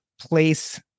place